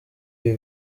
ibi